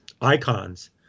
icons